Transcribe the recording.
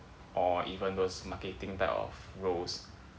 or even those marketing type of roles